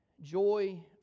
Joy